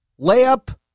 layup